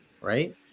right